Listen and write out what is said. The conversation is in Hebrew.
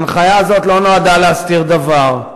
2. הנחיה זאת לא נועדה להסתיר דבר.